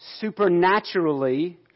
supernaturally